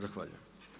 Zahvaljujem.